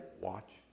Watch